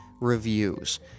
reviews